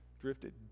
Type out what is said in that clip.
drifted